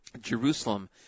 Jerusalem